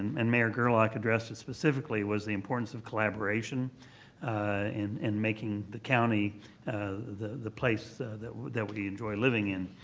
and mayor gerlach addressed it specifically, was the importance of collaboration in and making the county the the place that that we enjoy living in.